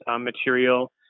material